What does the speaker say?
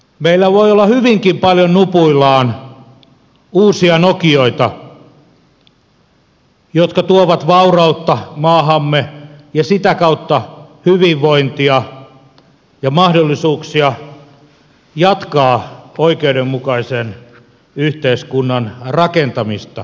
meillä voi olla hyvinkin paljon nupuillaan uusia nokioita jotka tuovat vaurautta maahamme ja sitä kautta hyvinvointia ja mahdollisuuksia jatkaa oikeudenmukaisen yhteiskunnan rakentamista